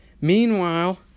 meanwhile